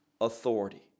authority